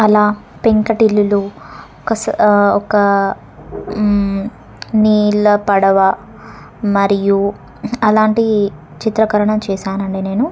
అలా పెంకుటిల్లులు కస్ ఒక నీళ్ళ పడవ మరియు అలాంటి చిత్రీకరణ చేశాను అండి నేను